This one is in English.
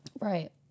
Right